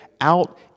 out